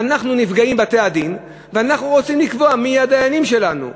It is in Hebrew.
אנחנו נפגעות בתי-הדין ואנחנו רוצות לקבוע מי יהיו הדיינים שלנו.